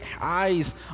eyes